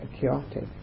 chaotic